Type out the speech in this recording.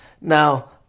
Now